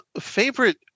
favorite